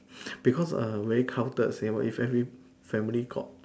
because err very counted same if every family got